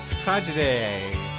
Tragedy